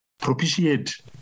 propitiate